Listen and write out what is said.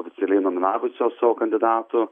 oficialiai nominavusios savo kandidatų